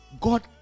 God